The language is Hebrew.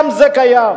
גם זה קיים.